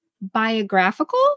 biographical